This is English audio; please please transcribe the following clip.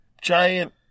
giant